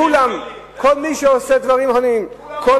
כולם, כל מי שעושה דברים, כולם בוגדים.